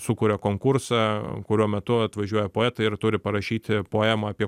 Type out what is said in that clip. sukuria konkursą kurio metu atvažiuoja poetai ir turi parašyti poemą apie